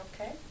okay